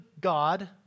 God